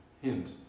hint